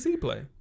play